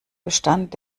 bestand